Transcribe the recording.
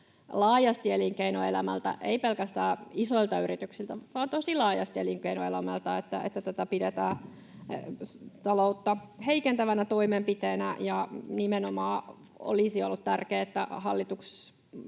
laajasti elinkeinoelämältä, ei pelkästään isoilta yrityksiltä, vaan tosi laajasti elinkeinoelämältä — se vahva viesti on tullut, että tätä pidetään taloutta heikentävänä toimenpiteenä. Nimenomaan olisi ollut tärkeää, että hallitus